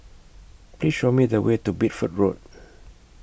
Please Show Me The Way to Bideford Road